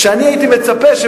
מכיוון